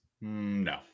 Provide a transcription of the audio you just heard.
No